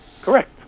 Correct